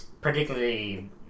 particularly